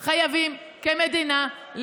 כמדינה,